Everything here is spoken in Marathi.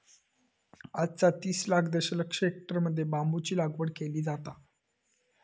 आज तीस लाख दशलक्ष हेक्टरमध्ये बांबूची लागवड केली जाता